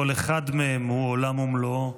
כל אחד מהם הוא עולם ומלואו.